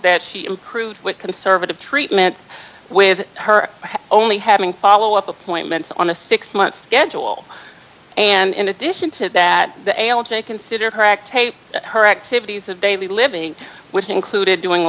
that she improved with conservative treatments with her only having follow up appointments on a six month schedule and in addition to that the able to consider her act and her activities of daily living which included doing